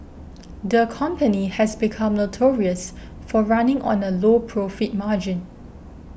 the company has become notorious for running on a low profit margin